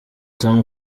tom